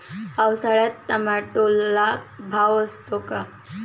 पावसाळ्यात टोमॅटोला भाव असतो का?